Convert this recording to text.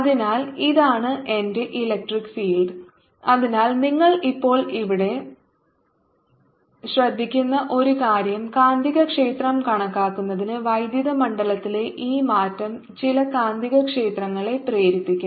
അതിനാൽ ഇതാണ് എന്റെ ഇലക്ട്രിക് ഫീൽഡ് അതിനാൽ നിങ്ങൾ ഇപ്പോൾ ഇവിടെ ശ്രദ്ധിക്കുന്ന ഒരു കാര്യം കാന്തികക്ഷേത്രം കണക്കാക്കുന്നതിന് വൈദ്യുത മണ്ഡലത്തിലെ ഈ മാറ്റം ചില കാന്തികക്ഷേത്രങ്ങളെ പ്രേരിപ്പിക്കും